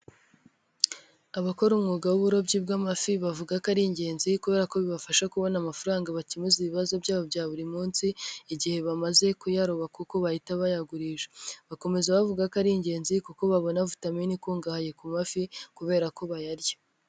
Abakora umwuga w'uburobyi bw'amafi bavuga ko ari ingenzi kubera ko bibafasha kubona amafaranga bakemuza ibibazo byabo bya buri munsi igihe bamaze kuyaroba kuko bahita bayagurisha, bakomeza bavuga ko ari ingenzi kuko babona vitamine ikungahaye ku mafi kubera ko bayarya.